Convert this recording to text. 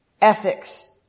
ethics